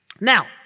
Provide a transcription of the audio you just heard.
Now